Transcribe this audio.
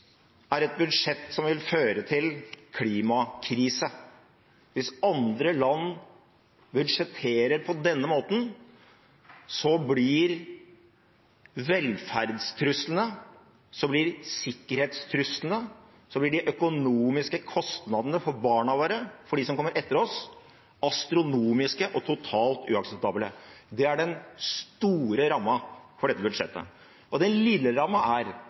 er et budsjett som vil føre til klimakrise. Hvis andre land budsjetterer på denne måten, blir velferdstruslene, sikkerhetstruslene og de økonomiske kostnadene for barna våre, for dem som kommer etter oss, astronomiske og totalt uakseptable. Det er den store rammen for dette budsjettet. Den lille rammen er